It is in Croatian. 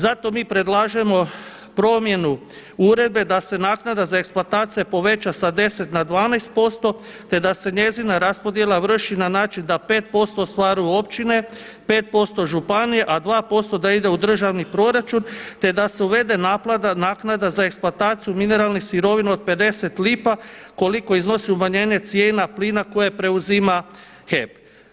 Zato mi predlažemo promjenu uredbe da se naknada za eksploatacije poveća sa 10 na 12% te da se njezina raspodjela vrši na način da 5% ostvaruju općine, 5% županije a 2% da ide u državni proračun te da se uvede naknada za eksploataciju mineralnih sirovina od 50 lipa koliko iznosi umanjenje cijena plina koje preuzima HEP.